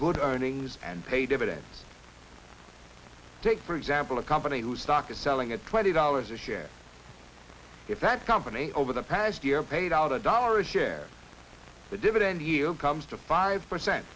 good earnings and pay dividends it's take for example a company whose stock is selling at twenty dollars a share if that company over the past year paid out a dollar a share the dividend yield comes to five percent